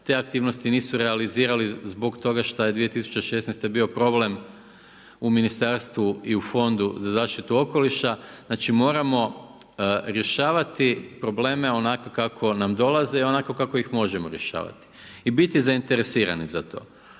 te aktivnosti nisu realizirali zbog toga šta je 2016. bio problem u Ministarstvu i u fondu za zaštitu okoliša. Znači moramo rješavati probleme onako kako nam dolaze i onako kako ih možemo rješavati i biti zainteresirani za to.